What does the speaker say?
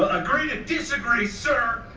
agree to disagree, sir!